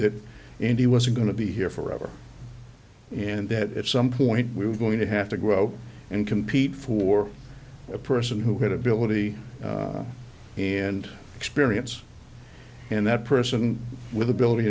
that indy wasn't going to be here forever and that some point we were going to have to grow and compete for a person who had ability and experience and that person with abil